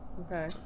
okay